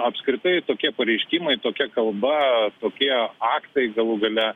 apskritai tokie pareiškimai tokia kalba tokie aktai galų gale